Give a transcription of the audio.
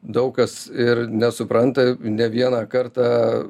daug kas ir nesupranta ne vieną kartą